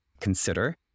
consider